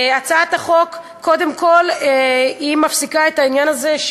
הצעת החוק קודם כול מפסיקה את העניין הזה,